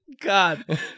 God